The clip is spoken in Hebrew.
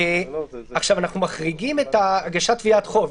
אנחנו מחריגים את הגשת תביעת חוב.